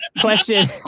question